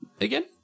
Again